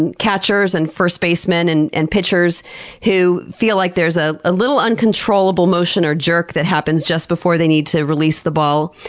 and catchers and first basemen and and pitchers who feel like there's a ah little uncontrollable motion or jerk that happens just before they need to release the ball.